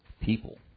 People